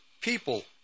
people